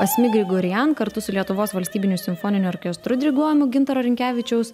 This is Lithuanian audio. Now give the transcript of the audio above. asmik grigorian kartu su lietuvos valstybiniu simfoniniu orkestru diriguojamu gintaro rinkevičiaus